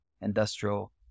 industrial